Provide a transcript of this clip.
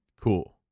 cool